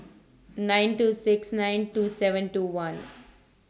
nine two six nine two seven two one